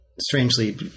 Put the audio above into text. strangely